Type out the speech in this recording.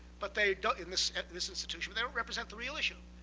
but they don't in this this institution they don't represent the real issue.